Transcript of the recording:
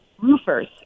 Roofers